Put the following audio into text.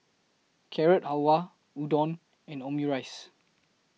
Carrot Halwa Udon and Omurice